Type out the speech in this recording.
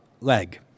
leg